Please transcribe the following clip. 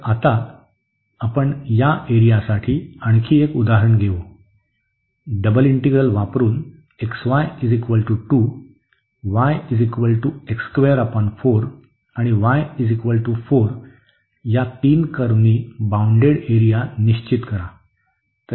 तर आता आपण या एरियासाठी आणखी एक उदाहरण घेऊ डबल इंटीग्रल वापरून xy 2 आणि y 4 या तीन कर्व्हनी बाउंडेड एरिया निश्चित करा